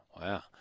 Wow